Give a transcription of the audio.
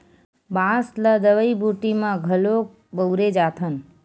बांस ल दवई बूटी म घलोक बउरे जाथन